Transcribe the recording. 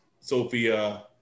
Sophia